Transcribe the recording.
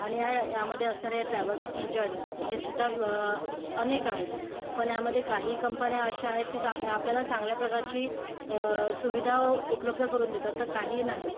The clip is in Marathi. आणि या यामधे असणारे ट्रॅवल्स एंजंट हेसुद्धा अनेक आहेत पण यामधे काही कंपन्या अशा आहेत की त्या आआपल्याला चांगल्या प्रकारची सुविधा उपलब्ध करून देतात तर काही नाही